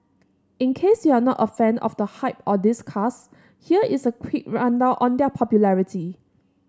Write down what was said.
in case you're not a fan of the hype or these cars here's a quick rundown on their popularity